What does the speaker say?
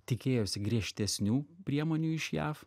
tikėjosi griežtesnių priemonių iš jav